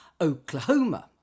Oklahoma